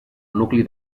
nucli